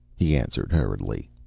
he answered hurriedly.